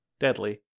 Deadly